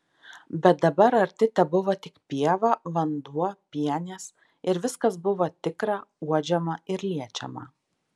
bet dabar arti tebuvo tik pieva vanduo pienės ir viskas buvo tikra uodžiama ir liečiama